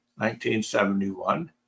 1971